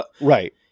Right